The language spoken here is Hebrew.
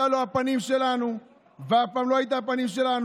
אתה לא הפנים שלנו ואף פעם לא היית הפנים שלנו.